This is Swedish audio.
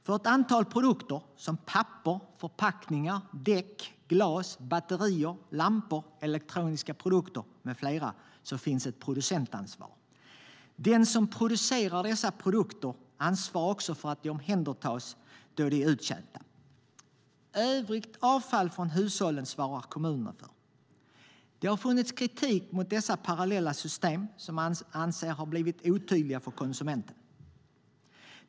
För ett antal produkter - papper, förpackningar, däck, glas, batterier, lampor, elektroniska produkter med flera - finns det ett producentansvar. Den som producerar dessa produkter ansvarar också för att de omhändertas då de är uttjänta. Övrigt avfall från hushållen svarar kommunerna för. Det har funnits kritik mot dessa parallella system som anses ha blivit otydliga för konsumenten.